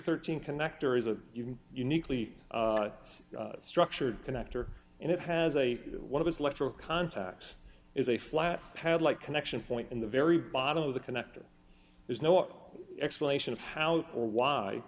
thirteen connector is a uniquely structured connector and it has a one of its electro contact is a flat pad like connection point in the very bottom of the connector there's no explanation of how or why